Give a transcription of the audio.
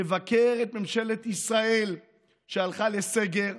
לבקר את ממשלת ישראל על שהלכה לסגר,